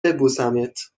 ببوسمت